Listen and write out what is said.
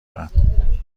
برم